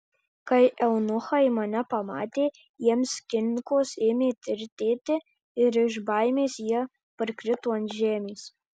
kai eunuchai mane pamatė jiems kinkos ėmė tirtėti ir iš baimės jie parkrito ant žemės